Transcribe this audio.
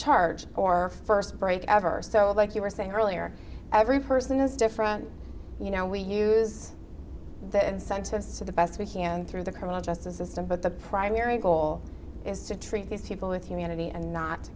charge or first break ever so like you were saying earlier every person is different you know we use that incentives to the best we can through the criminal justice system but the primary goal is to treat these people with humanity and not